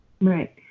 right